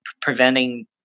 preventing